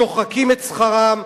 שוחקים את שכרם,